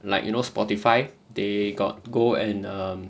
like you know spotify they got go and um